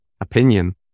opinion